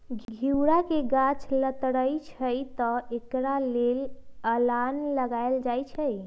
घिउरा के गाछ लथरइ छइ तऽ एकरा लेल अलांन लगायल जाई छै